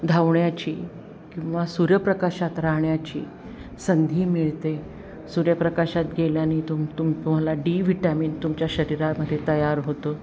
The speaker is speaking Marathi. धावण्याची किंवा सूर्यप्रकाशात राहण्याची संधी मिळते सूर्यप्रकाशात गेल्याने तुम तुम तुम्हाला डी व्हिटॅमिन तुमच्या शरीरामध्ये तयार होतो